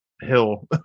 hill